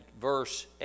verse